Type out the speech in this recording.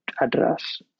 address